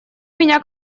меня